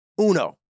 Uno